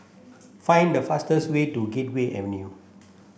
find the fastest way to Gateway Avenue